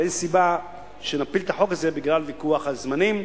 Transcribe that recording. ואין סיבה שנפיל את החוק הזה בגלל ויכוח על זמנים.